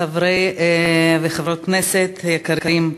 חברי וחברות הכנסת היקרים,